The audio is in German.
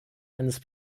eines